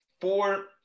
four